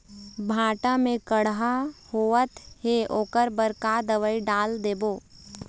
भांटा मे कड़हा होअत हे ओकर बर का दवई ला डालबो?